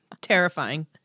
terrifying